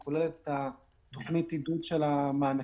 היא כוללת את תוכנית העידוד של המענקים,